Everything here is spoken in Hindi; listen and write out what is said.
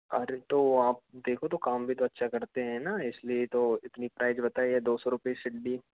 अरे तो आप देखो तो काम भी तो अच्छा करते हैं न इसलिए तो इतनी प्राइज़ बताई है दो सौ रूपये सीढ़ी